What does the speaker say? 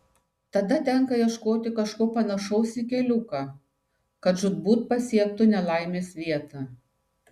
tada tenka ieškoti kažko panašaus į keliuką kad žūtbūt pasiektų nelaimės vietą